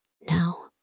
Now